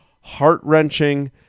heart-wrenching